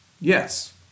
yes